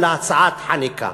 אלא הצעת חניקה.